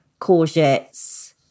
courgettes